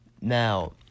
Now